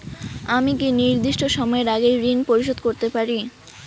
আমি কি নির্দিষ্ট সময়ের আগেই ঋন পরিশোধ করতে পারি?